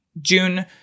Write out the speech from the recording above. June